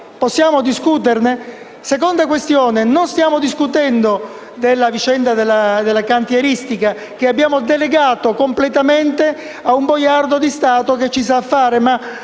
Possiamo discuterne? Seconda questione: non stiamo discutendo della vicenda della cantieristica, che abbiamo delegato completamente a un boiardo di Stato che ci sa fare, ma